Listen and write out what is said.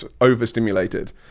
overstimulated